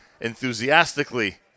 enthusiastically